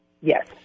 Yes